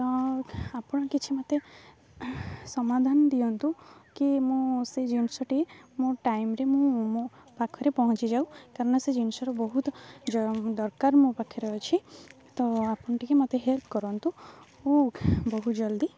ତ ଆପଣ କିଛି ମୋତେ ସମାଧାନ ଦିଅନ୍ତୁ କି ମୁଁ ସେ ଜିନିଷଟି ମୋ ଟାଇମ୍ରେ ମୁଁ ମୋ ପାଖରେ ପହଞ୍ଚିଯାଉ କାରଣ ସେ ଜିନିଷର ବହୁତ ଦରକାର ମୋ ପାଖରେ ଅଛି ତ ଆପଣ ଟିକେ ମୋତେ ହେଲ୍ପ କରନ୍ତୁ ଓ ବହୁତ ଜଲ୍ଦି